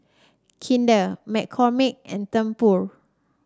Kinder McCormick and Tempur